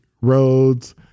roads